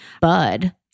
bud